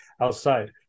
outside